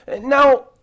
Now